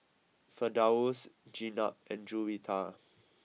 Firdaus Jenab and Juwita